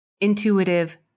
intuitive